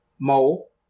Mole